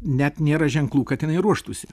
net nėra ženklų kad jinai ruoštųsi